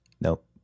Nope